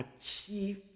achieve